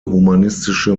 humanistische